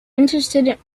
interested